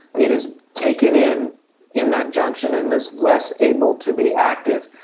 it is taken in in that junction and is less able to be active.